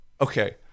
okay